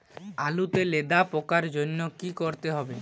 আলুতে লেদা পোকার জন্য কি করতে হবে?